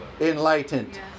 enlightened